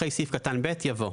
אחרי סעיף קטן (ב) יבוא: